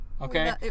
Okay